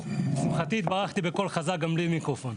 לשמחתי, התברכתי בקול חזק גם בלי מיקרופון.